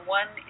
one